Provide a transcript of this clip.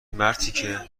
مرتیکه